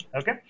Okay